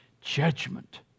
judgment